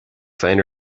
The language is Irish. féin